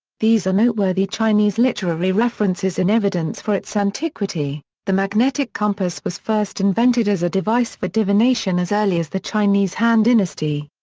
these are noteworthy chinese literary references in evidence for its antiquity the magnetic compass was first invented as a device for divination as early as the chinese han dynasty.